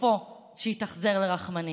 סופו שיתאכזר לרחמנים.